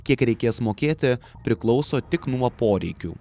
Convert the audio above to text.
kiek reikės mokėti priklauso tik nuo poreikių